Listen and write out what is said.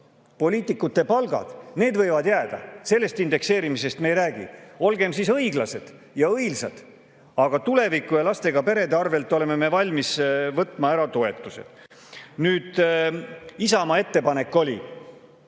poliitikute palgad, need võivad jääda, sellest indekseerimisest me ei räägi. Olgem siis õiglased ja õilsad! Aga tuleviku ja lastega perede arvelt oleme me valmis toetused ära võtma. Nüüd, Isamaa ettepanek oli,